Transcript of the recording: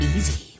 Easy